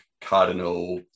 cardinal